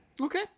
Okay